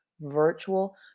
virtual